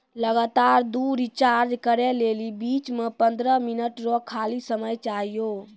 लगातार दु रिचार्ज करै लेली बीच मे पंद्रह मिनट रो खाली समय चाहियो